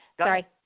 Sorry